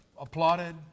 applauded